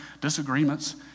disagreements